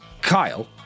Kyle